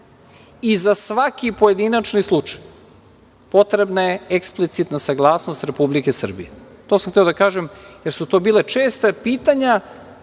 Za svaki pojedinačni slučaj je potrebna eksplicitna saglasnost Republike Srbije. To sam hteo da kažem, jer su to bila česta pitanja